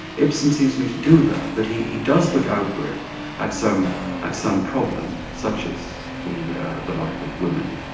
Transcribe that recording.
ibsen seems, to me, to do that, that he he does look outward at some at some problem such as the the life of women.